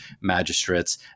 magistrates